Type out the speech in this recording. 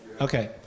Okay